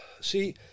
See